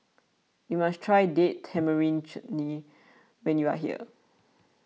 you must try Date Tamarind Chutney when you are here